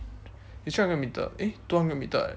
it's three hundred meter eh two hundred meter eh